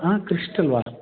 crystal वा